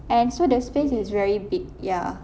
and so the space is very big ya